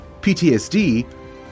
PTSD